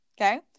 okay